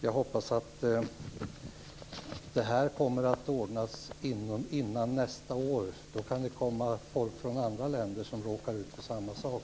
Jag hoppas därför att det här kommer att ordnas före nästa år. Annars kan det då komma hit folk från andra länder som råkar ut för samma sak.